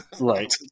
Right